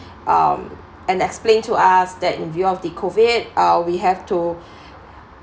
um and explain to us that in view of the COVID uh we have to